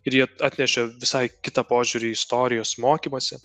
ir ji atnešė visai kitą požiūrį į istorijos mokymąsi